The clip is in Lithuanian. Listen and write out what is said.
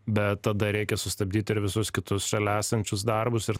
bet tada reikia sustabdyt ir visus kitus šalia esančius darbus ir